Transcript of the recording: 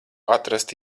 atrast